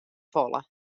folle